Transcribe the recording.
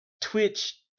twitch